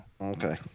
Okay